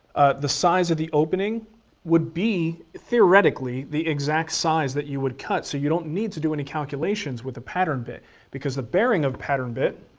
the size of the opening would be, theoretically, the exact size that you would cut, so you don't need to do any calculations with a pattern bit because the bearing of a pattern bit.